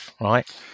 right